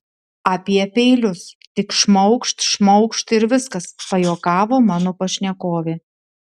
apie peilius tik šmaukšt šmaukšt ir viskas pajuokavo mano pašnekovė